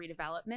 redevelopment